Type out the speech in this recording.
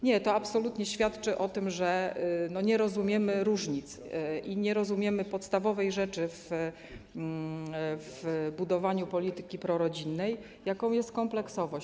Nie, to absolutnie świadczy o tym, że nie rozumiemy różnic i nie rozumiemy podstawowej rzeczy w budowaniu polityki prorodzinnej, jaką jest kompleksowość.